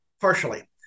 partially